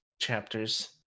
chapters